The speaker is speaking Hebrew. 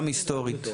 גם היסטורית.